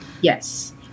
yes